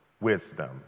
wisdom